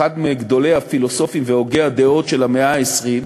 אחד מגדולי הפילוסופים והוגי הדעות של המאה ה-20,